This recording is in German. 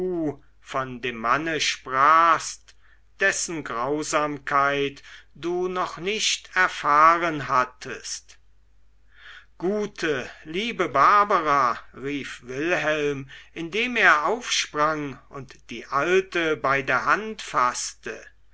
von dem manne sprachst dessen grausamkeit du noch nicht erfahren hattest gute liebe barbara rief wilhelm indem er aufsprang und die alte bei der hand faßte